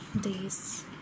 days